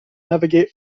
navigate